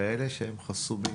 יש רבים כאלה שהם חסומים.